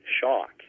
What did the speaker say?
shock